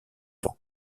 vent